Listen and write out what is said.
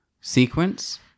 sequence